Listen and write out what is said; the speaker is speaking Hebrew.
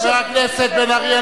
חבר הכנסת בן-ארי,